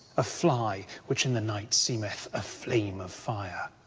a flye which in the night semeth a flame of fyer.